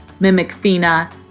Mimicfina